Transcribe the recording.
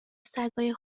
سگای